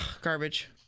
garbage